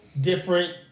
different